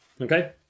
okay